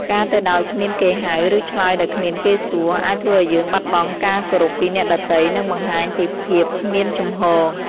ការទៅដោយគ្មានគេហៅ ឬឆ្លើយដោយគ្មានគេសួរ អាចធ្វើឲ្យយើងបាត់បង់ការគោរពពីអ្នកដទៃ និងបង្ហាញពីភាពគ្មានជំហរ។